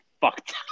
fucked